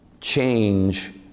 change